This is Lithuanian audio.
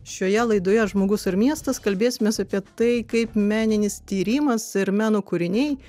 šioje laidoje žmogus ir miestas kalbėsimės apie tai kaip meninis tyrimas ir meno kūriniai